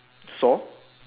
saw